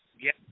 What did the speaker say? Yes